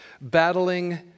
Battling